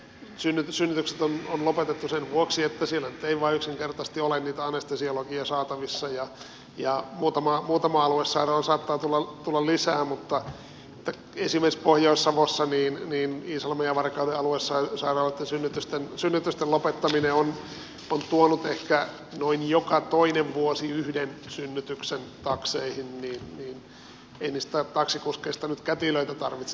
valtaosasta aluesairaaloita on synnytykset lopetettu sen vuoksi että siellä nyt ei vain yksinkertaisesti ole niitä anestesiologeja saatavissa ja muutama aluesairaala saattaa tulla lisää mutta esimerkiksi pohjois savossa iisalmen ja varkauden aluesairaaloitten synnytysten lopettaminen on tuonut ehkä noin joka toinen vuosi yhden synnytyksen takseihin niin ettei niistä taksikuskeista nyt kätilöitä tarvitse tehdä